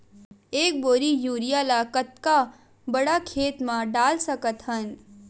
एक बोरी यूरिया ल कतका बड़ा खेत म डाल सकत हन?